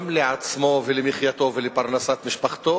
גם לעצמו ולמחייתו ולפרנסת משפחתו